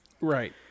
Right